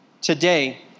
Today